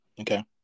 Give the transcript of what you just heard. Okay